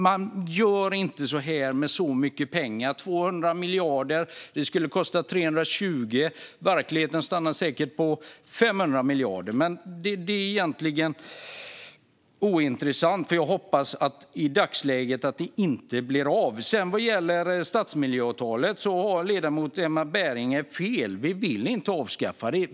Man gör inte på det sättet med så mycket pengar. Det talas om att det skulle kosta 200 miljarder kronor eller 320 miljarder kronor. Och i verkligheten stannar det säkert på 500 miljarder kronor. Men det är egentligen ointressant, eftersom jag i dagsläget hoppas att det inte blir av. Ledamot Berginger har fel om stadsmiljöavtalen. Vi vill inte avskaffa dem.